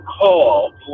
call